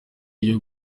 iyo